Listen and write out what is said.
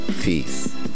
Peace